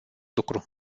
lucru